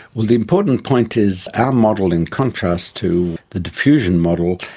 well, the important point is our model, in contrast to the diffusion model,